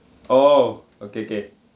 oh okay okay